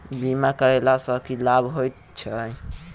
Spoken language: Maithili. बीमा करैला सअ की लाभ होइत छी?